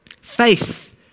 Faith